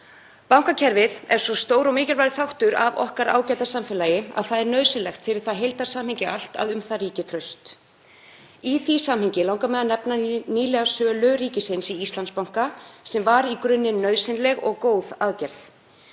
Bankakerfið er svo stór og mikilvægur þáttur af okkar ágæta samfélagi að það er nauðsynlegt fyrir það heildarsamhengi allt að um það ríki traust. Í því samhengi langar mig að nefna nýlega sölu ríkisins á hlut í Íslandsbanka sem var í grunninn nauðsynleg og góð aðgerð.